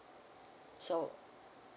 so